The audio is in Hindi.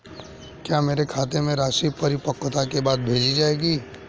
क्या मेरे खाते में राशि परिपक्वता के बाद भेजी जाएगी?